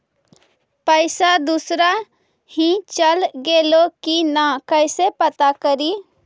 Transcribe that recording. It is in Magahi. पैसा दुसरा ही चल गेलै की न कैसे पता करि?